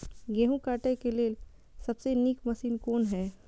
गेहूँ काटय के लेल सबसे नीक मशीन कोन हय?